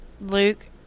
Luke